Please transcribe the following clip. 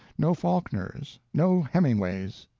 no faulkners, no hemingways.